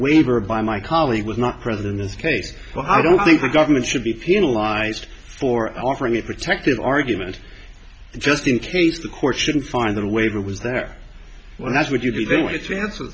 waiver by my colleague was not present in this case but i don't think the government should be penalized for offering a protective argument just in case the court shouldn't find the waiver was there when asked would you be doing it transfer